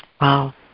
Wow